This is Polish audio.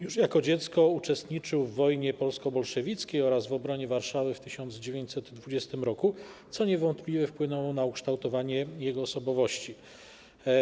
Już jako dziecko uczestniczył w wojnie polsko-bolszewickiej oraz w obronie Warszawy w 1920 r., co niewątpliwie wpłynęło na ukształtowanie jego osobowości.